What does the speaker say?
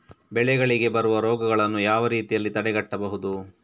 ಬೆಳೆಗಳಿಗೆ ಬರುವ ರೋಗಗಳನ್ನು ಯಾವ ರೀತಿಯಲ್ಲಿ ತಡೆಗಟ್ಟಬಹುದು?